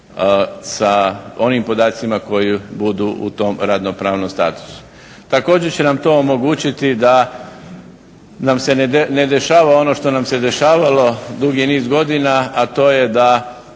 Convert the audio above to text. sa onim podacima koji budu u tom radno-pravnom statusu. Također će nam to omogućiti da nam se ne dešava ono što nam se dešavalo dugi niz godina, a to je da